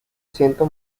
siento